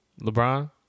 LeBron